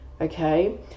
okay